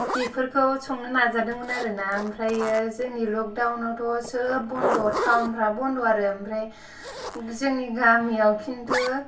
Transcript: बेफोरखौ समनो नाजादोंमोन आरोना ओमफ्रायो जोंनि लकदाउनावथ' सोब बन्द' थाउनफ्रा बन्द' आरो ओमफ्राय जोंनि गामियाव किन्तु